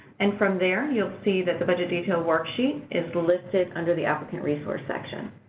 and from there, you'll see that the budget detail worksheet is listed under the applicant resource section.